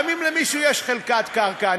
אם למישהו יש חלקת קרקע,